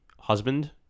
husband